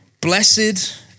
blessed